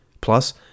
Plus